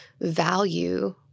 value